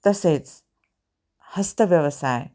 तसेच हस्तव्यवसाय